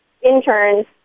interns